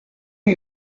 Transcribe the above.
are